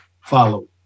follow